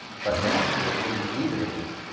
but then, you, know in the evenings,